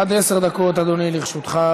עד עשר דקות, אדוני, לרשותך.